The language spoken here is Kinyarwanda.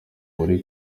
wari